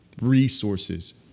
resources